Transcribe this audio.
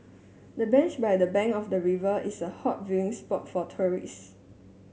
the bench by the bank of the river is a hot viewing spot for tourists